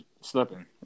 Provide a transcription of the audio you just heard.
slipping